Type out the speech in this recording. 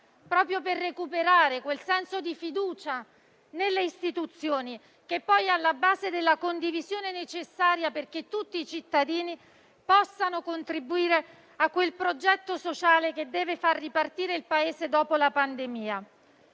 proprio per recuperare quel senso di fiducia nelle istituzioni che è alla base della condivisione necessaria perché tutti i cittadini possano contribuire a quel progetto sociale che deve far ripartire il Paese dopo la pandemia.